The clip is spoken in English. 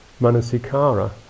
manasikara